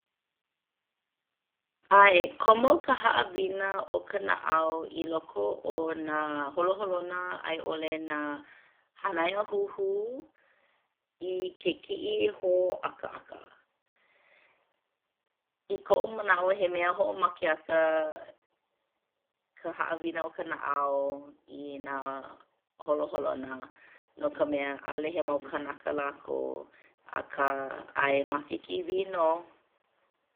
ʻAe komo ka haʻawina o ka naʻau i loko o nā holoholona a i ʻole nā hānaiāhuhu i ke kiʻihōʻakaʻaka. I koʻu manaʻo he mea hoʻomakeʻaka ka haʻawina o ka naʻau i nā holoholona no ka mea ʻaʻole he mau kānaka lākou akā ʻae ma ke kīwī nō.